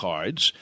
Cards